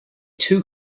too